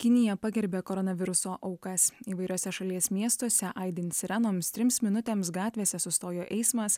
kinija pagerbė koronaviruso aukas įvairiuose šalies miestuose aidint sirenoms trims minutėms gatvėse sustojo eismas